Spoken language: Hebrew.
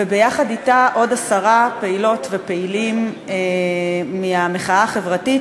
ויחד אתה עוד עשרה פעילות ופעילים מהמחאה החברתית,